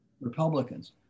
Republicans